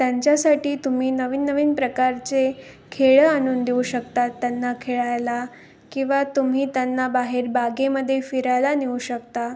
त्यांच्यासाठी तुम्ही नवीन नवीन प्रकारचे खेळं आणून देऊ शकतात त्यांना खेळायला किंवा तुम्ही त्यांना बाहेर बागेमध्ये फिरायला नेऊ शकता